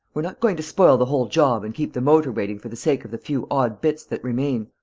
we're not going to spoil the whole job and keep the motor waiting for the sake of the few odd bits that remain.